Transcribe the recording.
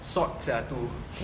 sot sia tu